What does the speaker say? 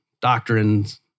doctrines